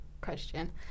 question